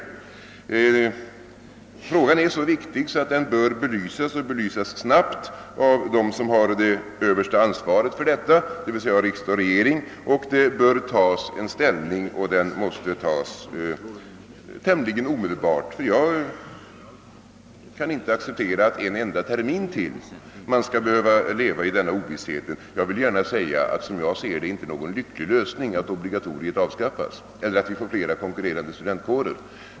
Frågan är så viktig, att den bör belysas snabbt av dem som har det högsta ansvaret för detta, d. v. s. riksdag och regering. Man bör ta ställning och det bör ske tämligen omedelbart. Jag kan inte acceptera att man en enda termin till skall behöva leva i denna ovisshet. Som jag ser det är det inte någon lycklig lösning att obligatoriet avskaffas eller att vi får flera konkurrerande studentkårer.